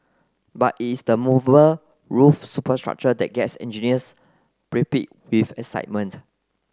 but it is the movable roof superstructure that gets engineers with excitement